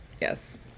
Yes